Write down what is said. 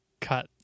cut